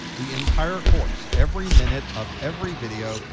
the entire course, every minute of every video,